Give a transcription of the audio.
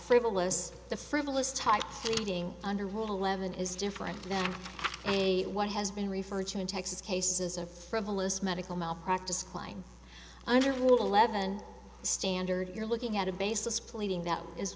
frivolous the frivolous type meeting under rule eleven is different than a what has been referred to in texas cases of frivolous medical malpractise kline under rule eleven standard you're looking at a basis pleading that is